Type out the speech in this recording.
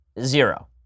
Zero